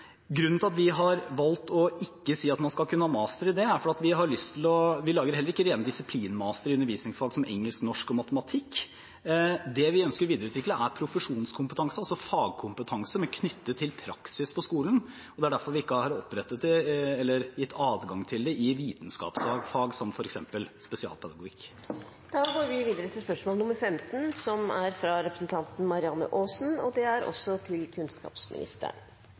Grunnen til at vi har valgt ikke å si at man skal kunne ha master i det – vi lager heller ikke rene disiplinmastere i undervisningsfag som engelsk, norsk og matematikk – er at det vi ønsker å videreutvikle, er profesjonskompetanse, altså fagkompetanse, men knyttet til praksis på skolen. Det er derfor vi ikke har opprettet eller gitt adgang til det i vitenskapsfag som f.eks. spesialpedagogikk. «Regjeringen har varslet at de vil lansere en app hvor flyktningene selv skal registrere egen kompetanse. Til